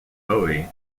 bowie